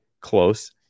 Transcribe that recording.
close